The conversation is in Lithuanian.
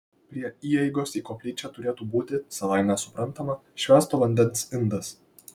prie įeigos į koplyčią turėtų būti savaime suprantama švęsto vandens indas